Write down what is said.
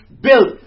built